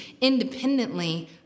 independently